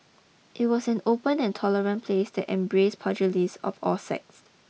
it was an open and tolerant place that embrace pugilists of all sects